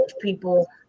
people